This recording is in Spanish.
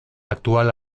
actual